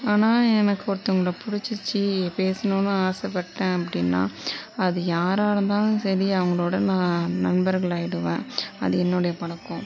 ஆனால் எனக்கு ஒருத்தவங்கள பிடிச்சிருச்சி பேசணும்னு ஆசைப்பட்டேன் அப்படினா அது யாராக இருந்தாலும் சரி அவங்களோட நான் நண்பர்களாயிடுவேன் அது என்னுடைய பழக்கம்